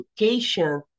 education